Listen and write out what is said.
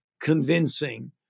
convincing